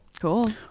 Cool